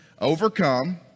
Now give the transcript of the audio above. overcome